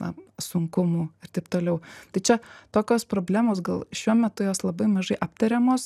na sunkumų ir taip toliau tai čia tokios problemos gal šiuo metu jos labai mažai aptariamos